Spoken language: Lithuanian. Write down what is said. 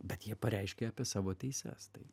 bet jie pareiškia apie savo teises tai